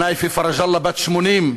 על נאיפה פרג'אללה, בת 80,